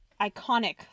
iconic